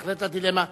בהחלט, הדילמה.